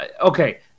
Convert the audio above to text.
okay